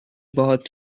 باهات